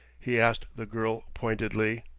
he asked the girl pointedly.